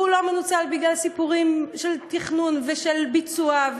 והוא לא מנוצל בגלל סיפורים של תכנון ושל ביצוע,